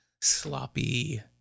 sloppy